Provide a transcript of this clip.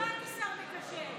אנחנו רוצים אותך כשר מקשר.